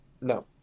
No